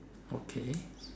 okay